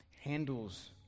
handles